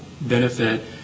benefit